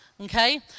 okay